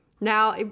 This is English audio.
Now